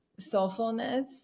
soulfulness